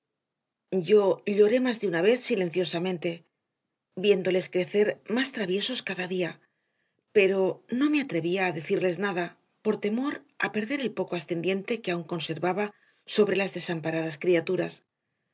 yo lloré más de una vez silenciosamente viéndoles crecer más traviesos cada día pero no me atrevía a decirles nada por temor a perder el poco ascendiente que aún conservaba sobre las desamparadas criaturas